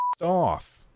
off